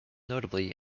notably